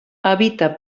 habita